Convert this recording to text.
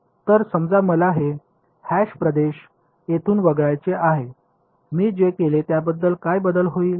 तर समजा मला हे हॅश प्रदेश येथून वगळायचे आहे मी जे केले त्यामध्ये काय बदल होईल